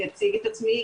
אני אציג את עצמי,